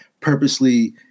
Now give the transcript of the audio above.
purposely